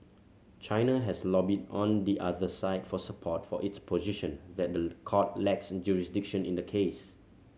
China has lobbied on the other side for support for its position that the court lacks jurisdiction in the case